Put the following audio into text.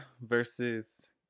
versus